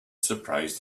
surprised